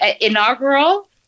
inaugural